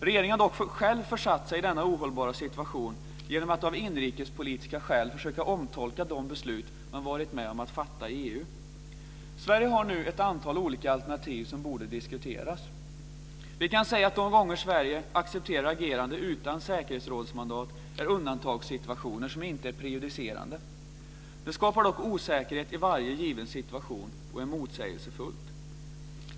Regeringen har dock själv försatt sig i denna ohållbara situation genom att av inrikespolitiska skäl försöka omtolka de beslut den har varit med om att fatta i EU. Sverige har nu ett antal olika alternativ som borde diskuteras. Vi kan säga att de gånger Sverige accepterar agerande utan säkerhetsrådsmandat är undantagssituationer som inte är prejudicerande. Det skapar dock osäkerhet i varje given situation och är motsägelsefullt.